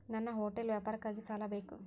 ನನ್ನ ಹೋಟೆಲ್ ವ್ಯಾಪಾರಕ್ಕಾಗಿ ಸಾಲ ಬೇಕು